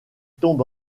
tombe